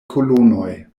kolonoj